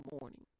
morning